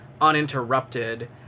uninterrupted